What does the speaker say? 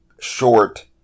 short